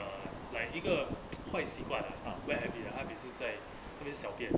uh like 一个 坏习惯 ah bad habit 他每次在他每次小便